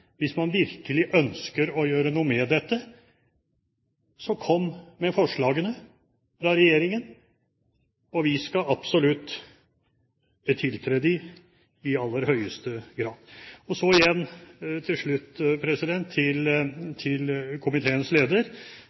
Hvis man virkelig ønsker å gjøre noe med dette, så kom med forslag fra regjeringen, og vi skal absolutt tiltre dem, i aller høyeste grad. Så igjen til slutt til komiteens leder,